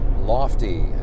lofty